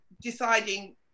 deciding